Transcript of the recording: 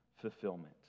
fulfillment